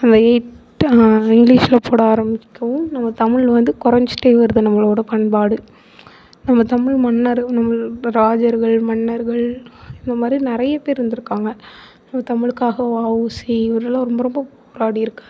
அந்த எட்டு இங்கிலீஷில் போட ஆரம்பிக்கவும் நம்ம தமிழ் வந்து கொறைஞ்சிட்டே வருது நம்மளோட பண்பாடு நம்ம தமிழ் மன்னர் நம்ம ராஜர்கள் மன்னர்கள் இந்த மாதிரி நிறைய பேர் இருந்துருக்காங்க நம்ம தமிழுக்காக வா உ சி இவரெல்லாம் ரொம்ப ரொம்ப பாடியிருக்காரு